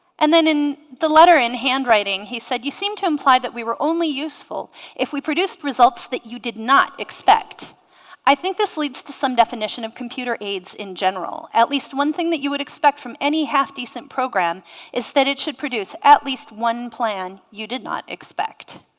and then in the letter in handwriting he said you seemed to imply that we were only useful if we produce results that you did not expect i think this leads to some condition of computer aids in general at least one thing that you would expect from any half-decent program is that it should produce at least one plan you did not expect